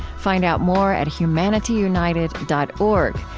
find out more at humanityunited dot org,